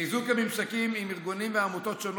חיזוק הממשקים עם ארגונים ועמותות שונים